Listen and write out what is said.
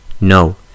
No